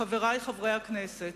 חברי חברי הכנסת,